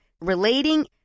relating